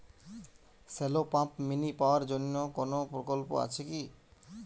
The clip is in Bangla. শ্যালো পাম্প মিনি পাওয়ার জন্য কোনো প্রকল্প আছে কি?